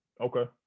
Okay